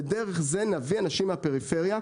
ודרך זה נביא אנשים מהפריפריה.